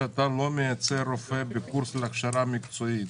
שאתה לא מייצר רופא בקורס להכשרה מקצועית.